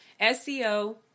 SEO